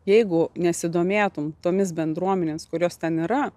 jeigu nesidomėtum tomis bendruomenėms kurios ten yra